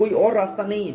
कोई और रास्ता नहीं है